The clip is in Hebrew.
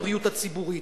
לבריאות הציבורית,